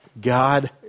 God